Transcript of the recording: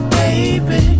baby